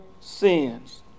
sins